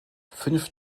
fünf